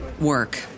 work